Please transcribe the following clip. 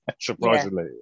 surprisingly